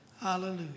Hallelujah